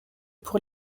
pour